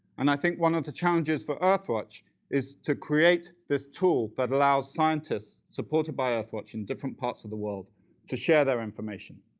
and i think one of the challenges for earthwatch is to create this tool that but allows scientists supported by earthwatch in different parts of the world to share their information,